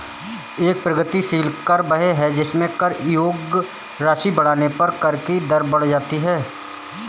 एक प्रगतिशील कर वह है जिसमें कर योग्य राशि बढ़ने पर कर की दर बढ़ जाती है